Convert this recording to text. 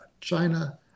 China